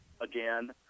again